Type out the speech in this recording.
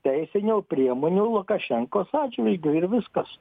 teisinių priemonių lukašenkos atžvilgiu ir viskas